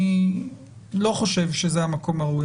אני לא חושב שזה המקום הראוי,